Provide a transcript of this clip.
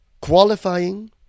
qualifying